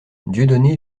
dieudonné